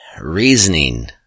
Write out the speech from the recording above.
reasoning